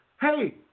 hey